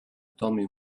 tommy